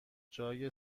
جای